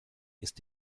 ist